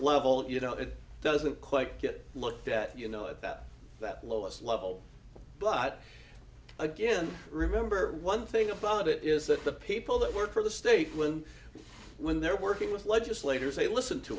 and you know it doesn't quite get looked at you know that that lowest level but again remember one thing about it is that the people that work for the state when when they're working with legislators they listen to